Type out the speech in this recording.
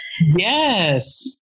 Yes